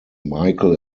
michael